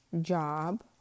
job